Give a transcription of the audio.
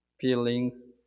feelings